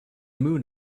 moon